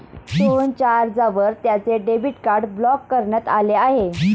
सोहनच्या अर्जावर त्याचे डेबिट कार्ड ब्लॉक करण्यात आले आहे